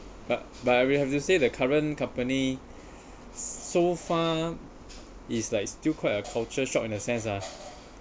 but I really have to say the current company so far is like still quite a culture shock in a sense ah